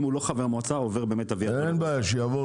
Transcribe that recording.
אם הוא לא חבר מועצה הוא עובר באמת --- אין בעיה שיעבור.